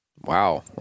Wow